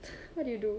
what do you do